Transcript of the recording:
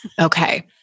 Okay